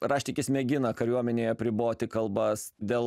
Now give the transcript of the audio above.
raštikis mėgina kariuomenėj apriboti kalbas dėl